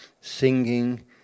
singing